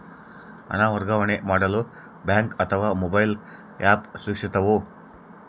ಹಣ ವರ್ಗಾವಣೆ ಮಾಡಲು ಬ್ಯಾಂಕ್ ಅಥವಾ ಮೋಬೈಲ್ ಆ್ಯಪ್ ಸುರಕ್ಷಿತವೋ?